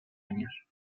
años